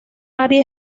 área